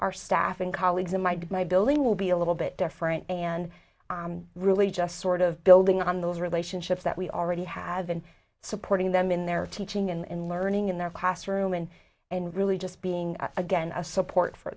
our staff and colleagues and my dad my building will be a little bit different and really just sort of building on those relationships that we already had been supporting them in their teaching and learning in their classroom and and really just being again a support for